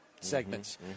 segments